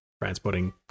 transporting